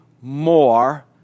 more